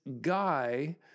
guy